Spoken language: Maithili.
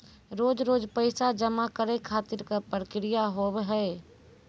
रोज रोज पैसा जमा करे खातिर का प्रक्रिया होव हेय?